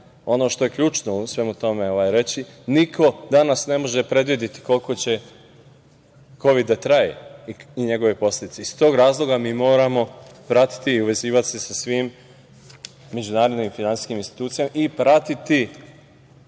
ono što je ključno u svemu tome reći, niko danas ne može predvideti koliko će Kovid da traje i njegove posledice. Iz tog razloga moramo vratiti i uvezivati se sa svim međunarodnim finansijskim institucijama i pratiti